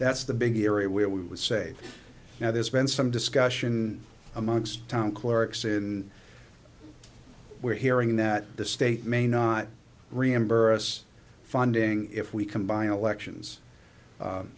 that's the big area where we would say now there's been some discussion amongst town clerks in we're hearing that the state may not remember us funding if we combine elections